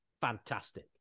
fantastic